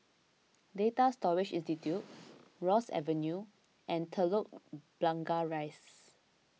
Data Storage Institute Ross Avenue and Telok Blangah Rise